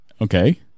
Okay